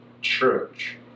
church